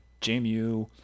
JMU